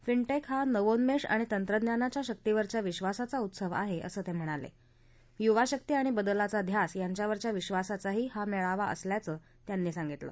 फिनटक्तिहा नवोन्मक्तिआणि तंत्रज्ञानाच्या शक्तीवरल्या विश्वासाचा उत्सव आहा असं तक्तिणाला विवाशक्ती आणि बदलाचा ध्यास यांच्यावरच्या विश्वासाचाही हा मछिवा असल्याचं त्यांनी सांगितलं